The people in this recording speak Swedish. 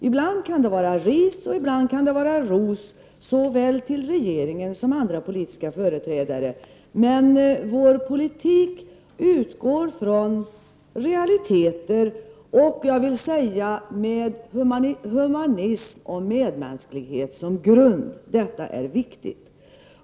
Ibland kan det vara ris och ibland kan det vara ros, såväl till regeringen som till andra politiska företrädare, men vår politik utgår från realiteter och har humanism och medmänsklighet som grund. Detta är viktigt.